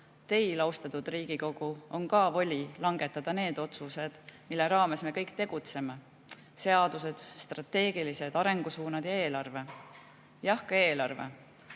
Teil, austatud Riigikogu, on voli langetada need otsused, mille raames me kõik tegutseme: seadused, strateegilised arengusuunad ja eelarve. Jah, ka eelarve.